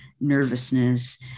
nervousness